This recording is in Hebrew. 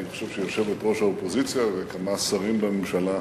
אני חושב שיושבת-ראש האופוזיציה וכמה שרים בממשלה,